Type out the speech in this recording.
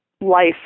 life